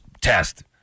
test